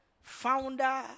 founder